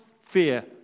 fear